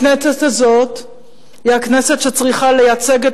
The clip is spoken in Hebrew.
הכנסת הזאת היא הכנסת שצריכה לייצג את